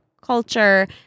culture